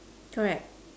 correct